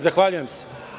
Zahvaljujem se.